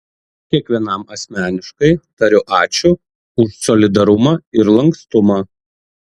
kiekvienam asmeniškai tariu ačiū už solidarumą ir lankstumą